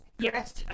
Yes